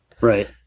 Right